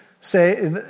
say